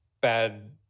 bad